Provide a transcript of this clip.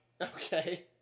Okay